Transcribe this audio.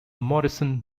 morrison